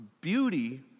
Beauty